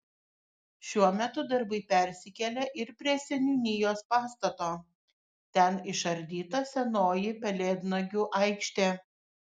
šiuo metu darbai persikėlė ir prie seniūnijos pastato ten išardyta senoji pelėdnagių aikštė